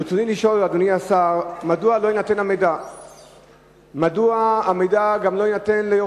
רצוני לשאול, אדוני השר: 1. מדוע לא יינתן המידע?